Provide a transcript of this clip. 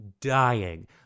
dying